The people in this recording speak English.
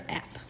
app